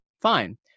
fine